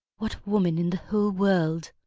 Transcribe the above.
what woman in the whole world?